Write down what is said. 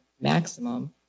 maximum